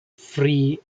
free